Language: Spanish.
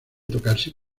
tocarse